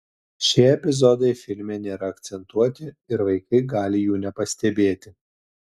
šie epizodai filme nėra akcentuoti ir vaikai gali jų nepastebėti